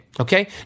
Okay